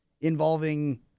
involving